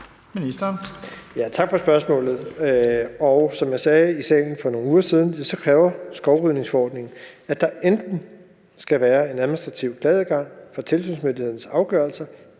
Tak for spørgsmålet. Som jeg sagde i salen for nogle uger siden, kræver skovrydningsforordningen, at der enten skal være en administrativ klageadgang til tilsynsmyndighedernes afgørelser